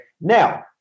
now